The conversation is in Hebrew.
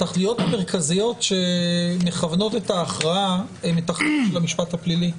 התכליות המרכזיות שמכוונות את ההכרעה הן מתכליות של המשפט הפלילי,